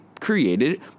created